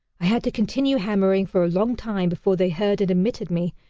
i had to continue hammering for a long time before they heard and admitted me,